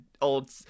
old